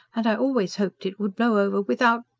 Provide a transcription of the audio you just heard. and i always hoped it would blow over without.